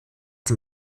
dem